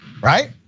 right